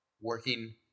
working